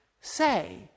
say